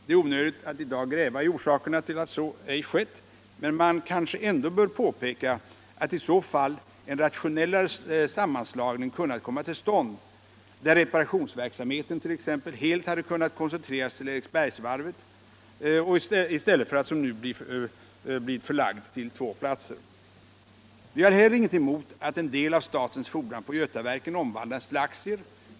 Det är onödigt att i dag gräva i orsakerna till att så ej skett, men man kanske ändå bör påpeka att i så fall en rationellare sammanslagning kunnat komma till stånd, där reparationsverksamheten t.ex. helt hade kunnat koncentreras till Eriksbergsvarvet i stället för att som nu bli förlagd till två platser. Vi har heller ingenting emot att en del av statens fordran på Götaverken omvandlas till aktier.